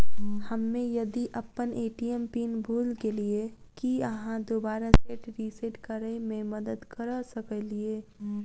हम्मे यदि अप्पन ए.टी.एम पिन भूल गेलियै, की अहाँ दोबारा सेट रिसेट करैमे मदद करऽ सकलिये?